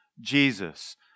Jesus